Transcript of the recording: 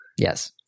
yes